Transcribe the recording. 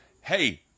hey